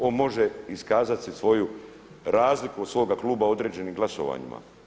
On može iskazati svoju razliku od svoga kluba u određenim glasovanjima.